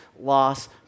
loss